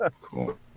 Cool